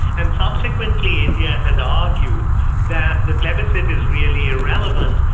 and subsequently, india has argued that the plebiscite is really irrelevant,